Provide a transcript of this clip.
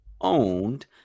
owned